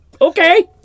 Okay